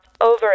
over